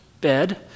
bed